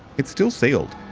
it's still sealed.